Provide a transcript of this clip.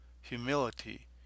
humility